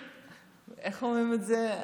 איך אומרים את זה?